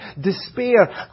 despair